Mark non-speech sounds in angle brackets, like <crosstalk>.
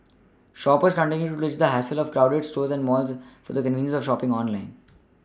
<noise> shoppers continue to ditch the hassle of crowded stores and malls for the convenience of shopPing online